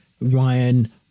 Ryan